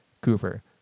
Cooper